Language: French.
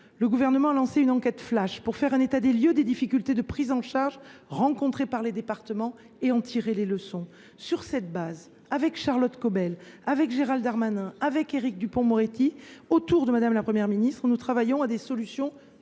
le Gouvernement a lancé une enquête flash pour faire un état des lieux des difficultés de prise en charge rencontrées par les départements et en tirer les leçons. Sur cette base, avec Charlotte Caubel, Gérald Darmanin et Éric Dupond Moretti, autour de Mme la Première ministre, nous travaillons à des solutions